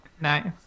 Nice